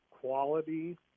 quality